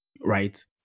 right